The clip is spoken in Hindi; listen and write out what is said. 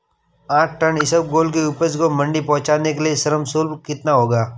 आठ टन इसबगोल की उपज को मंडी पहुंचाने के लिए श्रम शुल्क कितना होगा?